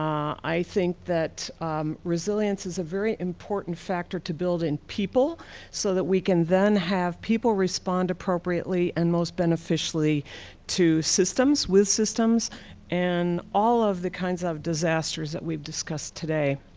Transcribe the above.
i think that resilience is a very important factor to build in people so that we can then have people respond appropriately and most beneficially to systems, with systems and all of the kinds of disasters that we've discussed today.